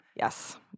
Yes